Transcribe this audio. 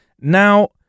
Now